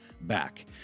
back